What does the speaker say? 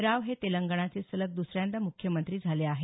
राव हे तेलंगणाचे सलग द्सऱ्यांदा मुख्यमंत्री झाले आहेत